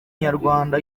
nyarwanda